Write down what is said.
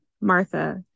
Martha